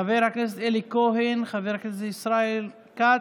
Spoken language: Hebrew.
חבר הכנסת אלי כהן, חבר הכנסת ישראל כץ,